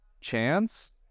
chance